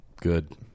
Good